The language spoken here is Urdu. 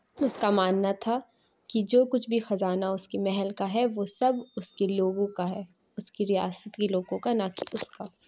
اُس کا ماننا تھا کہ جو کچھ بھی خزانہ اُس کی محل کا ہے وہ سب اُس کے لوگوں کا ہے اُس کی ریاست کے لوگوں کا نہ کہ اُس کا